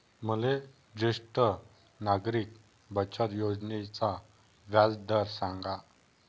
मले ज्येष्ठ नागरिक बचत योजनेचा व्याजदर सांगा